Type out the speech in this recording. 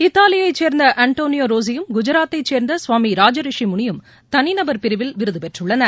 இத்தாலியைச் சேர்ந்த அன்டோனிடா ரோசியும் குஜராத்தைச் சேர்ந்த சுவாமி ராஜரிஷி முனியும் தனிநபர் பிரிவில் விருது பெற்றுள்ளனர்